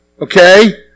Okay